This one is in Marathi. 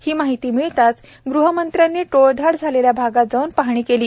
ही माहिती मिळताच गृहमंत्र्यांनी टोळधाड झालेल्या भागात जाऊन पाहणी केली